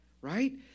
right